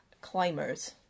climbers